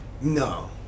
No